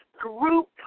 Group